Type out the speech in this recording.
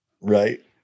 Right